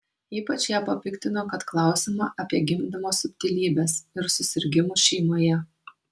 ypač ją papiktino kad klausiama apie gimdymo subtilybes ir susirgimus šeimoje